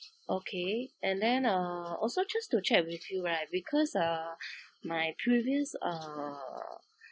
okay and then uh also just to check with you right because uh my previous uh